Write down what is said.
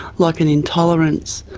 like an intolerance,